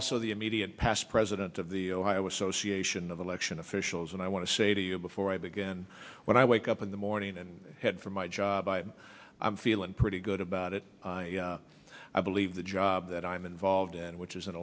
also the immediate past president of the ohio association of election officials and i want to say to you before i begin when i wake up in the morning and head for my job i i'm feeling pretty good about it i believe the job that i'm involved in which is